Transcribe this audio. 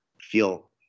feel